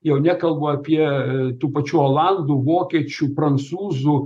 jau nekalbu apie tų pačių olandų vokiečių prancūzų